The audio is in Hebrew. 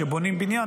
כשבונים בניין,